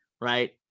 right